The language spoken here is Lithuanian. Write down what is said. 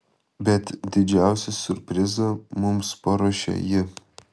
bet didžiausią siurprizą mums paruošė ji